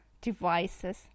devices